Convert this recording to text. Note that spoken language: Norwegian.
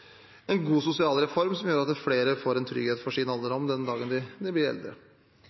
en god sosial reform som gjør at flere får trygghet for sin alderdom den dagen de blir eldre.